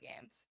games